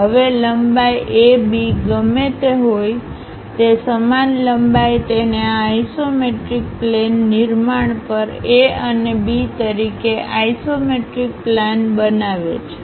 હવે લંબાઈ AB ગમે તે હોય તે સમાન લંબાઈ તેને આ આઇસોમેટ્રિક પ્લેન નિર્માણ પર A અને B તરીકે આઇસોમેટ્રિક પ્લેન બનાવે છે